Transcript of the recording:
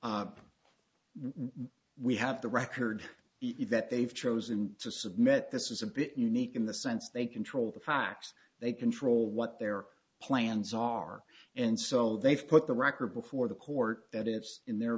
we have the record event they've chosen to submit this is a bit unique in the sense they control the facts they control what their plans are and so they've put the record before the court that it's in their